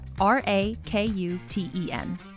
R-A-K-U-T-E-N